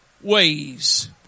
ways